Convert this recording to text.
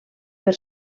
per